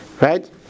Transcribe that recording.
right